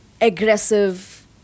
aggressive